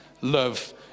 love